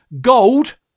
Gold